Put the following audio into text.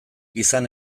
izan